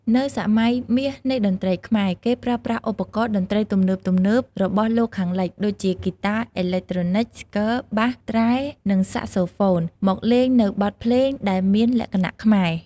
នៅសម័យមាសនៃតន្ត្រីខ្មែរ គេប្រើប្រាស់ឧបករណ៍តន្ត្រីទំនើបៗរបស់លោកខាងលិច ដូចជាហ្គីតាអេឡិចត្រូនិក ស្គរ បាស ត្រែ និងសាក្សូហ្វូន មកលេងនូវបទភ្លេងដែលមានលក្ខណៈខ្មែរ។